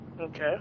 Okay